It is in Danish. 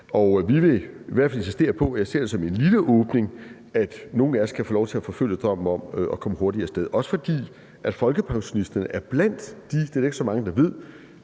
Vi vil i hvert fald insistere på – og jeg ser det som en lille åbning – at nogle af os kan få lov til at forfølge drømmen om at komme hurtigere af sted; også fordi folkepensionisterne er blandt de, det er der ikke så mange der ved,